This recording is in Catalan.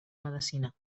medecina